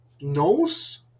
knows